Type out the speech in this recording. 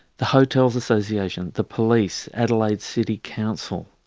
the hotels association, the police, adelaide city council,